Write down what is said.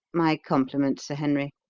my compliments, sir henry.